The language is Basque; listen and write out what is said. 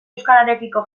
euskararekiko